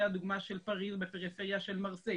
של פריז לדוגמה או בפריפריה של מרסי,